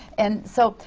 and so,